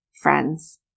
friends